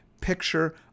picture